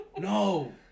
no